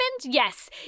Yes